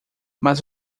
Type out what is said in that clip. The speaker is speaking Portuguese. mas